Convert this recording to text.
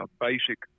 basic